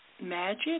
magic